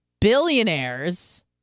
billionaires